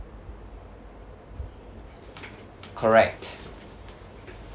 correct